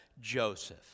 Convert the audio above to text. Joseph